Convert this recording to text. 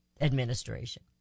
Administration